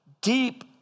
deep